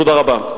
תודה רבה.